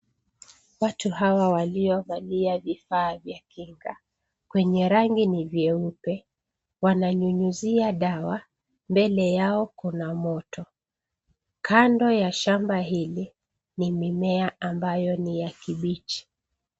Watu hawa waliovalia vifaa vya kinga, kwenye rangi ni vyeupe, wananyunyizia dawa, mbele yao kuna moto. Kando ya shamba hili, ni mimea ambayo ni ya kibichi.